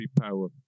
power